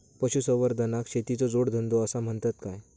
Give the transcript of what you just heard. पशुसंवर्धनाक शेतीचो जोडधंदो आसा म्हणतत काय?